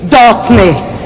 darkness